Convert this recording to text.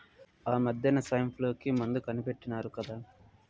ఆమద్దెన సైన్ఫ్లూ కి మందు కనిపెట్టినారు కదా